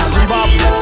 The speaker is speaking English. Zimbabwe